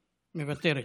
מוותרת.